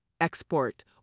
export